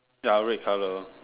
ya red color